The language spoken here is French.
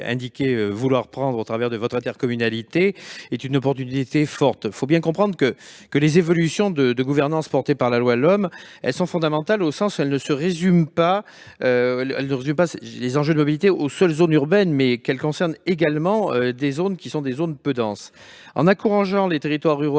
vouloir prendre au travers de votre intercommunalité, est un choix fort. Il faut bien comprendre que les évolutions de gouvernance portées par la LOM sont fondamentales, au sens où elles ne réduisent pas les enjeux de mobilité aux seules zones urbaines. Elles concernent également des zones peu denses. En encourageant les territoires ruraux